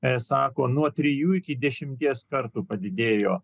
nuo trijų iki dešimties kartų padidėjo